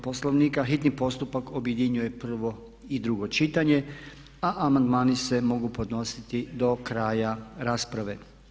Poslovnika hitni postupak objedinjuje prvo i drugo čitanje a amandmani se mogu podnositi do kraja rasprave.